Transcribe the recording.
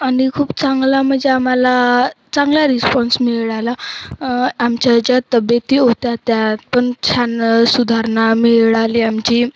आणि खूप चांगला म्हणजे आम्हाला चांगला रिस्पॉन्स मिळाला आमच्या ज्या तब्येती होत्या त्यात पण छान सुधारणा मिळाली आमची